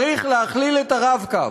צריך להכליל את ה"רב-קו"